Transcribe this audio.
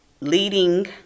leading